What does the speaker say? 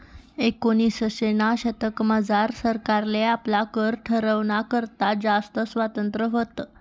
एकोनिसशेना दशकमझार सरकारले आपला कर ठरावाना करता जास्त स्वातंत्र्य व्हतं